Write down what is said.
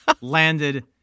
landed